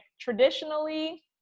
traditionally